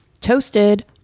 toasted